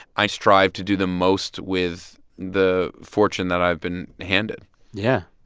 i strive to do the most with the fortune that i've been handed yeah